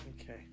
okay